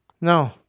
No